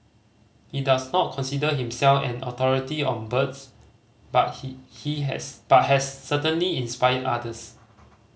he does not consider himself an authority on birds but he he has but has certainly inspired others